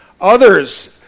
Others